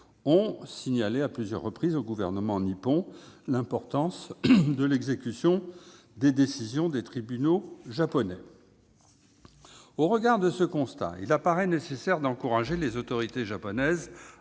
signalé à plusieurs reprises au gouvernement nippon « l'importance de l'exécution des décisions des tribunaux japonais ». Au regard de ce constat, il apparaît nécessaire d'encourager les autorités japonaises